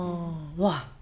hmm